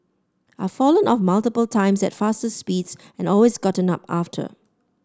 I've fallen off multiple times at faster speeds and always gotten up after